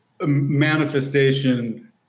manifestation